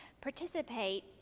participate